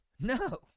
No